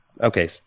Okay